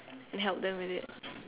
and help them with it